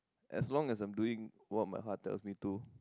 as long as I'm doing what my heart tell me to